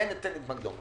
להם נותנים מקדמות.